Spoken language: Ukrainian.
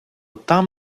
там